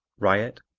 riot,